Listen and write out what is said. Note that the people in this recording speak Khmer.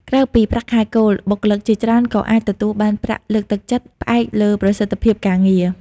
ក្រៅពីប្រាក់ខែគោល បុគ្គលិកជាច្រើនក៏អាចទទួលបានប្រាក់លើកទឹកចិត្ត ផ្អែកលើប្រសិទ្ធភាពការងារ។